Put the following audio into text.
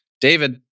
David